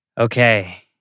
Okay